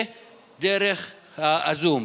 ודרך הזום.